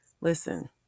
listen